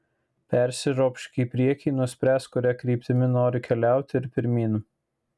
persiropšk į priekį nuspręsk kuria kryptimi nori keliauti ir pirmyn